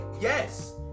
Yes